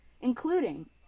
including